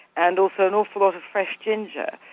and also an awful lot of fresh ginger.